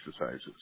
exercises